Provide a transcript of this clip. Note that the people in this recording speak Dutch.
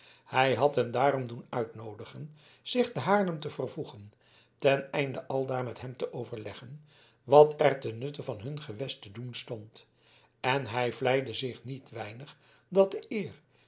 hij had hen daarom doen uitnoodigen zich te haarlem te vervoegen ten einde aldaar met hem te overleggen wat er ten nutte van hun gewest te doen stond en hij vleide zich niet weinig dat de eer